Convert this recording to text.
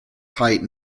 height